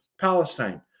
Palestine